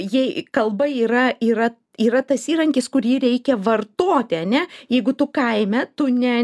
jei kalba yra yra yra tas įrankis kurį reikia vartoti ane jeigu tu kaime tu ne